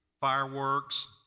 fireworks